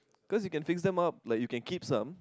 cause you can fix them up like you can keep some